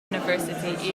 university